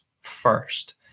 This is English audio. first